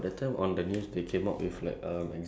in primary school and secondary school